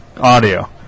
Audio